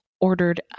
ordered